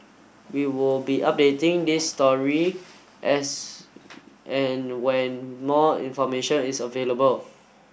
we will be updating this story as and when more information is available